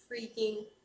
freaking